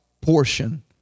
portion